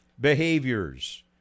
behaviors